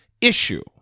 issue